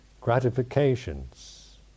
gratifications